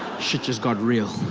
shit just got real.